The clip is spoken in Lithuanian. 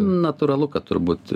natūralu kad turbūt